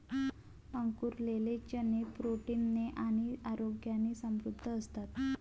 अंकुरलेले चणे प्रोटीन ने आणि आरोग्याने समृद्ध असतात